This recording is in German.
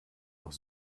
noch